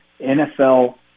NFL